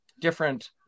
different